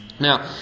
Now